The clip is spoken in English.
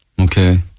Okay